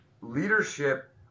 Leadership